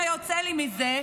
מה יוצא לי מזה?